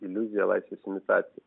iliuzija laisvės imitacija